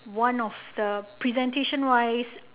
one of the presentation wise